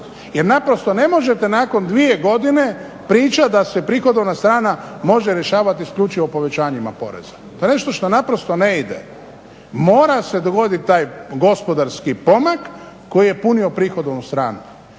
Jer naprosto ne možete nakon dvije godine pričat da se prihodovna strana može rješavati isključivo povećanjima poreza. To je nešto što naprosto ne ide. Mora se dogoditi taj gospodarski pomak koji je punio prihodovnu stranu.